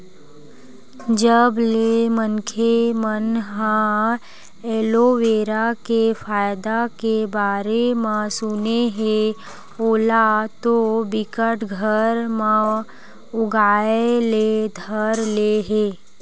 जब ले मनखे मन ह एलोवेरा के फायदा के बारे म सुने हे ओला तो बिकट घर म उगाय ले धर ले हे